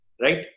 Right